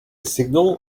signal